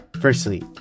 Firstly